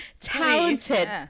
talented